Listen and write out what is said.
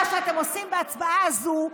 מה שאתם עושים בהצבעה הזאת,